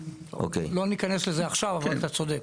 לא ניכנס לזה עכשיו, אבל אתה צודק.